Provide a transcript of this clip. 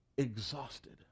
Exhausted